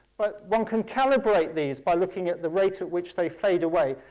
but one can calibrate these by looking at the rate at which they fade away,